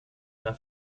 mehr